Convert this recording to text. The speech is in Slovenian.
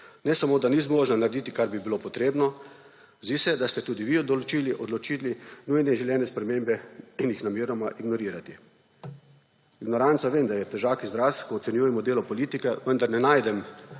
ne samo da ni zmožna narediti, kar bi bilo potrebno, zdi se, da ste tudi vi odločili nujne in želene spremembe namenoma ignorirati. Ignoranca, vem, da je težak izraz, ko ocenjujemo delo politika, vendar ne najdem,